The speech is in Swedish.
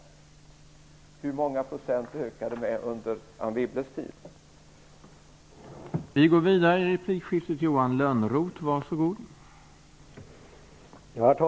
Med hur många procent ökade industriinvesteringarna under Anne Wibbles tid i regeringen?